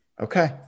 Okay